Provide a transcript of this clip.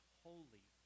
holy